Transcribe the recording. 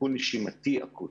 טיפול נשימתי אקוטי.